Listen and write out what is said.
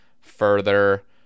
further